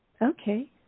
Okay